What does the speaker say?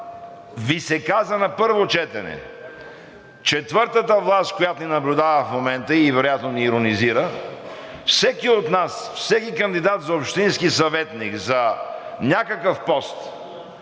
Ви се каза на първо четене. Четвъртата власт, която ни наблюдава в момента и вероятно ни иронизира, всеки от нас – всеки кандидат за общински съветник, за някакъв пост,